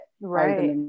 Right